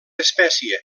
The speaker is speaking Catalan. espècie